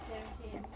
damn sian